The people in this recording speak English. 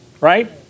right